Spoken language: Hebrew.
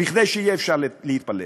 כדי שיהיה אפשר להתפלל.